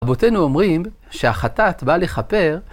רבותינו אומרים שהחטאת באה לחפר